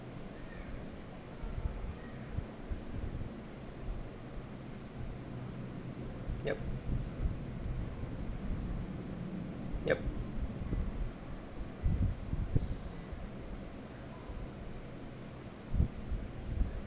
yup yup